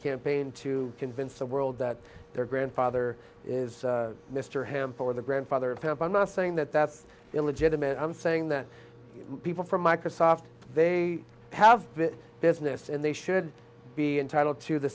campaign to convince the world that their grandfather is mr him for the grandfather of hemp i'm not saying that that's illegitimate i'm saying that people from microsoft they have business and they should be entitled to the